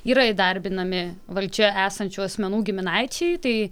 yra įdarbinami valdžioje esančių asmenų giminaičiai tai